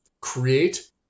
create